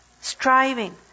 striving